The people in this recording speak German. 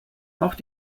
auch